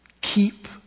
Keep